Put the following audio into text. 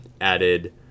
added